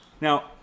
now